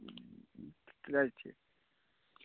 تُلِو حظ ٹھیٖک